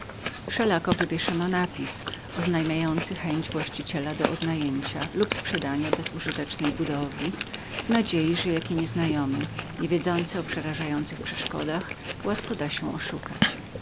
wszelako wywieszono napis oznajmiający chęć właściciela do odnajęcia lub sprzedania bezużytecznej budowy w nadziei że jaki nieznajomy niewiedzący o przerażających przeszkodach łatwo da się oszukać